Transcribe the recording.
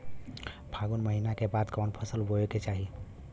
फागुन महीना के बाद कवन फसल बोए के चाही?